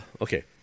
Okay